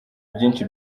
byinshi